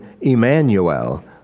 Emmanuel